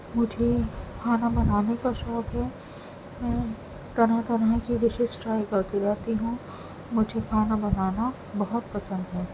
مجھے کھانا بنانے کا شوق ہے میں طرح طرح کی ڈشیز ٹرائی کرتی رہتی ہوں مجھے کھانا بنانا بہت پسند ہے